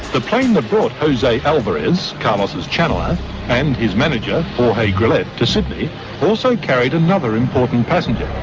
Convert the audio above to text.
the plane that brought jose alvarez, carlos's channeller, and his manager jorge grillet to sydney also carried another important passenger,